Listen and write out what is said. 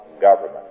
government